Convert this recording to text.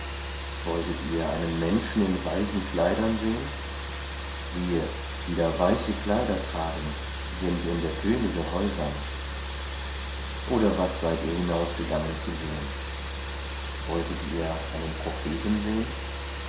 wolltet ihr einen menschen in weichen kleidern sehen siehe die da weiche kleider tragen sind in der könige häusern oder was seid ihr hinausgegangen zu sehen wolltet ihr einen propheten sehen